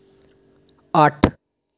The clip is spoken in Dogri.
अट्ठ